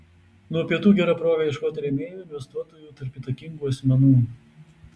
nuo pietų gera proga ieškoti rėmėjų investuotojų tarp įtakingų asmenų